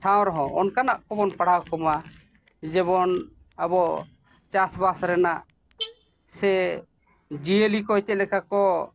ᱴᱷᱟᱶ ᱨᱮᱦᱚᱸ ᱚᱱᱠᱟᱱᱟᱜ ᱠᱚᱵᱚᱱ ᱯᱟᱲᱦᱟᱣ ᱠᱚᱢᱟ ᱡᱮᱢᱚᱱ ᱟᱵᱚ ᱪᱟᱥ ᱵᱟᱥ ᱨᱮᱱᱟᱜ ᱥᱮ ᱡᱤᱭᱟᱹᱞᱤ ᱠᱚ ᱪᱮᱫ ᱞᱮᱠᱟ ᱠᱚ